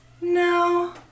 no